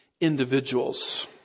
individuals